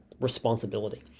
responsibility